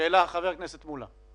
שאלה של חבר הכנסת מולא.